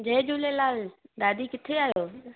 जय झूलेलाल ॾाॾी किथे आहियो